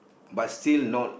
but still not